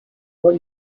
but